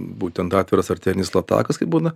būtent atviras arterinis latakas kai būna